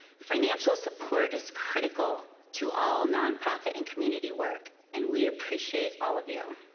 financial support is critical to all nonprofit and community work, and we appreciate all of you.